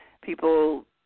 people